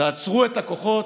תעצרו את הכוחות.